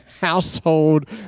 household